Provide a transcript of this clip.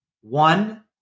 one